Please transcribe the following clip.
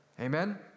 Amen